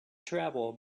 travel